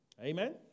Amen